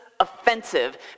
offensive